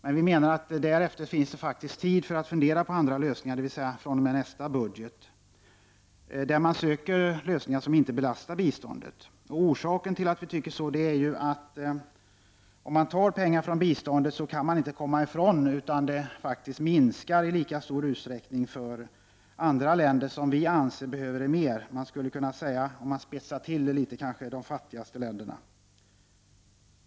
Men vi menar att därefter finns det faktiskt tid att fundera på andra lösningar, dvs. fr.o.m. nästa budgetår, lösningar som inte belastar biståndet. Orsaken till att vi tycker så är att om man tar pengar från biståndet, kan man inte komma ifrån att det minskar i lika stor utsträckning för andra länder som vi anser behöver det mer — jag skulle kunna säga, för att spetsa till det litet, de fattigaste länderna.